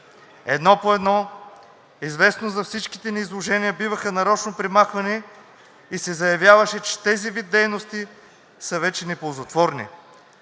Едно по едно, известно за всичките ни изложения биваха нарочно премахвани и се заявяваше, че тези вид дейности са вече неползотворни,